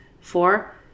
four